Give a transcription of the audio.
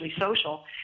social